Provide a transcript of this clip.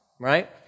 Right